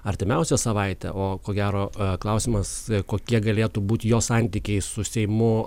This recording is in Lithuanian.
artimiausią savaitę o ko gero klausimas kokie galėtų būti jo santykiai su seimu